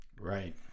Right